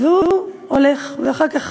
והוא הולך, ואחר כך